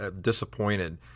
disappointed